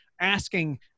asking